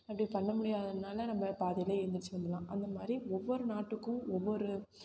அப்படி பண்ண முடியாதனால் நம்ம பாதிலையே ஏழுந்திரிச்சி வந்துடலாம் அந்த மாதிரி ஒவ்வொரு நாட்டுக்கும் ஒவ்வொரு